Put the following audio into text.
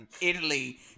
italy